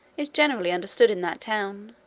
is generally understood in that town,